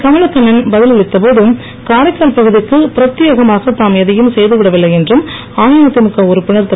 கமலக்கண்ணன் பதில் அளித்த போது காரைக்கால் பகுதிக்கு பிரத்யேகமாக தாம் எதையும் செய்துவிட வில்லை என்றும் அஇஅதிமுக உறுப்பினர் திரு